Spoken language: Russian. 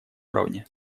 уровне